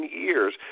years